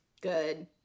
Good